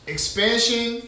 Expansion